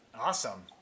Awesome